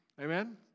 Amen